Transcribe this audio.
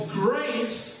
grace